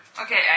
Okay